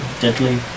Deadly